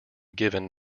given